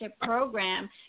program